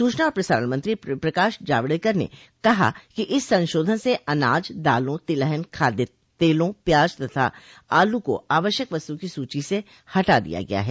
सूचना और प्रसारण मंत्री प्रकाश जावडेकर ने कहा कि इस संशोधन से अनाज दालों तिलहन खाद्य तेलों प्याज तथा आलू को आवश्यक वस्तुओं की सूची से हटा दिया गया है